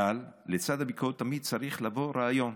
אבל לצד הביקורת תמיד צריך לבוא רעיון.